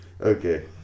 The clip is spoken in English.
Okay